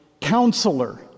counselor